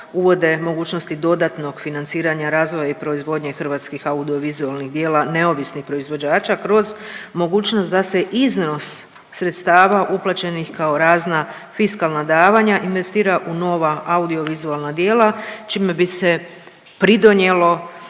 uvode mogućnosti dodatnog financiranja razvoja i proizvodnje hrvatskih audiovizualnih djela neovisnih proizvođača, kroz mogućnost da se iznos sredstava uplaćenih kao razna fiskalna davanja investira u nova audiovizualna djela, čime bi se pridonijelo